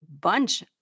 bunch